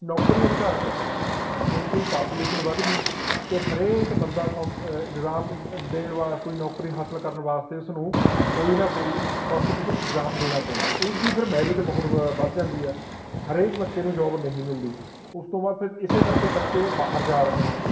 ਨੌਕਰੀਆਂ ਦੀ ਘਾਟ ਪੈ ਗਈ ਕਿਉਂਕਿ ਪਾਪੂਲੇਸ਼ਨ ਵੱਧ ਗਈ ਅਤੇ ਹਰੇਕ ਬੰਦਾ ਕੋਂ ਇਗਜ਼ਾਮ ਦੇਣ ਵਾਲਾ ਕੋਈ ਨੌਕਰੀ ਹਾਸਲ ਕਰਨ ਵਾਸਤੇ ਉਸਨੂੰ ਕੋਈ ਨਾ ਕੋਈ ਕੋਂਪੀਟੇਟਿਵ ਇਗਜ਼ਾਮ ਦੇਣਾ ਪੈਂਦਾ ਉਸ ਦੀ ਫਿਰ ਮੈਰਿਟ ਬਹੁਤ ਵੱਧ ਜਾਂਦੀ ਆ ਹਰੇਕ ਬੱਚੇ ਨੂੰ ਜੋਬ ਨਹੀਂ ਮਿਲਦੀ ਉਸ ਤੋਂ ਬਾਅਦ ਫਿਰ ਇਸੇ ਕਰਕੇ ਬੱਚੇ ਬਾਹਰ ਜਾ ਰਹੇ ਆ